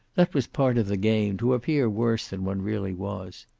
that was part of the game, to appear worse than one really was.